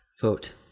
vote